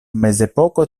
mezepoko